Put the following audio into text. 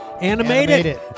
Animated